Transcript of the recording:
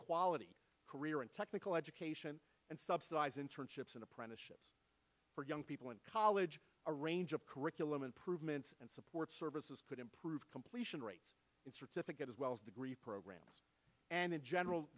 quality career and technical education and subsidize internships and apprenticeships for young people in college a range of curriculum improvement and support services could improve completion rates in certificate as well as degree programs and in general